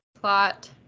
plot